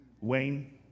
Wayne